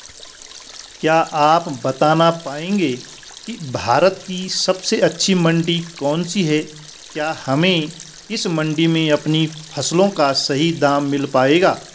क्या आप बताना पाएंगे कि भारत की सबसे अच्छी मंडी कौन सी है क्या हमें इस मंडी में अपनी फसलों का सही दाम मिल पायेगा?